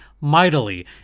mightily